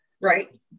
Right